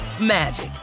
magic